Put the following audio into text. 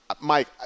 Mike